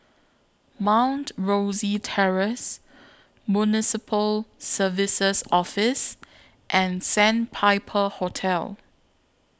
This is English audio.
Mount Rosie Terrace Municipal Services Office and Sandpiper Hotel